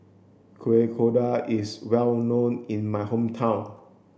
Kuih Kodok is well known in my hometown